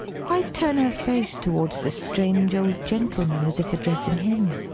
why turn her face towards the strange old gentleman, as if addressing him!